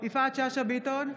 יפעת שאשא ביטון,